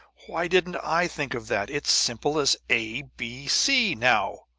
why didn't i think of that? it's simple as a, b, c now!